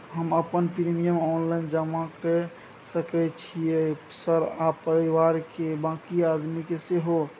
हम अपन premium online जमा के सके छियै सर आ परिवार के बाँकी आदमी के सेहो?